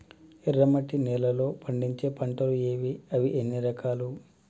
ఎర్రమట్టి నేలలో పండించే పంటలు ఏవి? అవి ఎన్ని రకాలు?